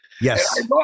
Yes